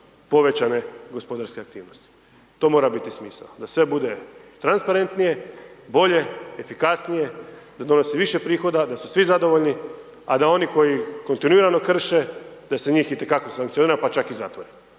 povećane gospodarske aktivnosti. To mora biti smisao, da sve bude transparentnije, bolje, efikasnije, da donosi više prihoda, da su svi zadovoljni, a da oni koji kontinuirano krše, da se njih itekako sankcionira, pa čak i zatvori,